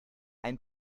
ein